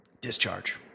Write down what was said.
discharge